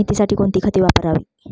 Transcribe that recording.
मेथीसाठी कोणती खते वापरावी?